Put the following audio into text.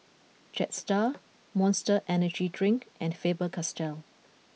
Jetstar Monster Energy Drink and Faber Castell